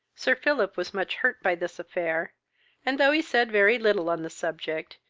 sir philip was much hurt by this affair and, though he said very little on the subject,